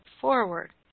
forward